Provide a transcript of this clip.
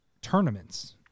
tournaments